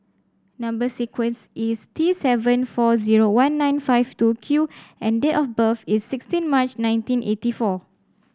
number sequence is T seven four zero one nine five two Q and date of birth is sixteen March nineteen eighty four